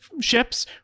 ships